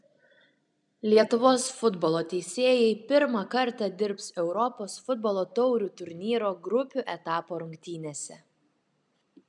lietuvos futbolo teisėjai pirmą kartą dirbs europos futbolo taurių turnyro grupių etapo rungtynėse